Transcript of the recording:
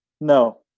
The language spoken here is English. No